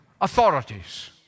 authorities